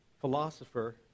philosopher